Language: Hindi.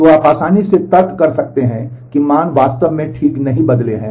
तो आप आसानी से तर्क कर सकते हैं कि मान वास्तव में ठीक नहीं बदले हैं